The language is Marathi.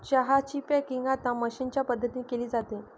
चहा ची पॅकिंग आता मशीनच्या मदतीने केली जाते